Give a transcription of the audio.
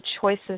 choices